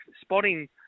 spotting